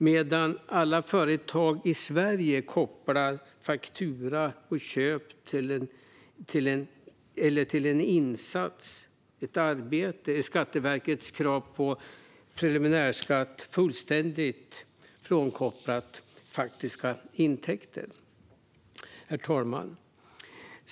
Medan alla företag i Sverige kopplar fakturan till en insats, ett arbete, är Skatteverkets krav på preliminärskatt fullständigt frånkopplat faktiska intäkter. Herr talman!